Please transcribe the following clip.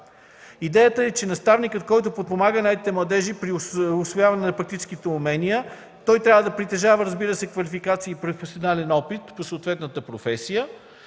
Идеята е наставникът, който подпомага наетите младежи при усвояването на практическите умения, да притежава квалификация и професионален опит за съответната професия.